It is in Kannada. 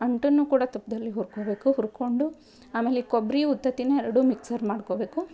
ಅಂಟನ್ನೂ ಕೂಡ ತುಪ್ಪದಲ್ಲಿ ಹುರ್ಕೊಬೇಕು ಹುರ್ಕೊಂಡು ಆಮೇಲೆ ಈ ಕೊಬ್ಬರಿ ಉತ್ತತ್ತೀನ ಎರಡು ಮಿಕ್ಸರ್ ಮಾಡ್ಕೋಬೇಕು